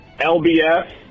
LBS